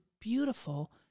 beautiful